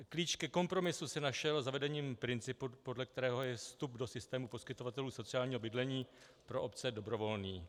Klíč ke kompromisu se našel zavedením principu, podle kterého je vstup do systému poskytovatelů sociálního bydlení pro obce dobrovolný.